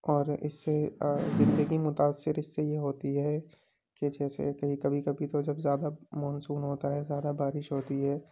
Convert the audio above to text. اور اس سے زندگی متاثر اس سے یہ ہوتی ہے کہ جیسے کہ کبھی کبھی تو جب زیادہ مونسون ہوتا ہے زیادہ بارش ہوتی ہے